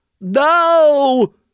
No